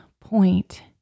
point